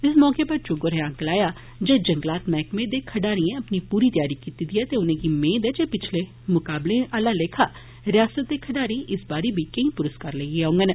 इस मौके उप्पर चुघ होरें आक्खेआ जे जंगलात मैह्कमे दे खडारिएं अपनी पूरी तैआरी कीती दी ऐ ते उनेंगी मेद ऐ जे पिछले मकाबलें लेखा रिआसता दे खडारी इस बारी बी केई पुरस्कार लेइयै औँगन